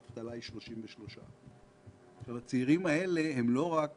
האבטלה היא 33%. הצעירים האלה הם לא רק